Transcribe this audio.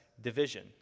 division